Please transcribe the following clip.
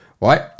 right